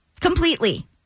completely